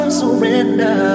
surrender